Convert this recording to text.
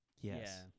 Yes